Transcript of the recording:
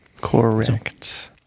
correct